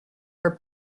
her